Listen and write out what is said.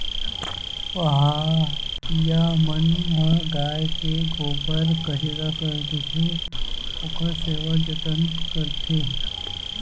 पहाटिया मन ह गाय के गोबर कचरा कर देथे, ओखर सेवा जतन करथे